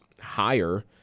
higher